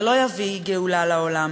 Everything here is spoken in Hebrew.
זה לא יביא גאולה לעולם.